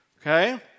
Okay